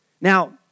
Now